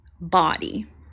body